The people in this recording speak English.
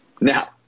Now